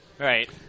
Right